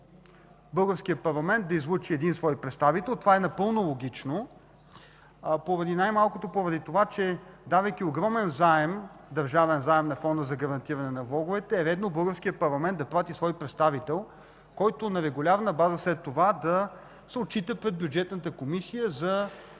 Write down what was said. българският парламент да излъчи един свой представител. Това е напълно логично, най-малкото поради това че, давайки огромен държавен заем на Фонда за гарантиране на влоговете, е редно Българският парламент да прати свой представител, който на регулярна база след това да се отчита пред Бюджетната комисия за